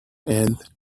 and